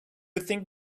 think